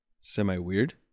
semi-weird